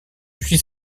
suis